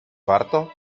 warto